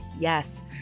yes